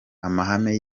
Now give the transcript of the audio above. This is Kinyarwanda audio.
amahame